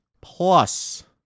plus